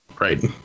Right